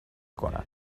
کنم